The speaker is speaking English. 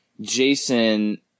Jason